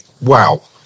Wow